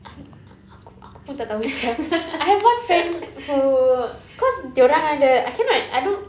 I'm a~ aku aku pun tak tahu sia I have one friend who cause dorang ada I cannot I don't